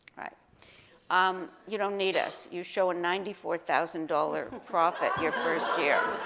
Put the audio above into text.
right um, you don't need us. you've shown ninety four thousand dollar profit your first year.